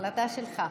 החלטה שלך.